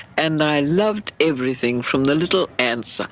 and i loved everything, from the little ants,